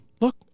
look